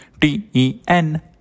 T-E-N